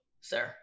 sir